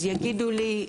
ואז אומרים לי: